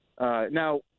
Now